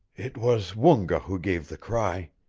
it was woonga who gave the cry.